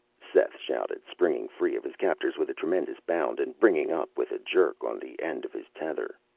seth shouted, springing free of his captors with a tremendous bound and bringing up with a jerk on the end of his tether.